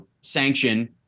sanction